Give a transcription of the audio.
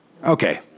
Okay